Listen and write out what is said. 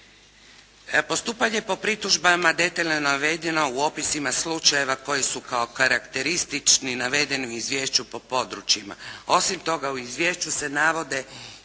Postupanje po pritužbama detaljno je navedeno u opisima slučajeva koji su kao karakteristični navedeni u izvješću po područjima. Osim toga, u izvješću se navode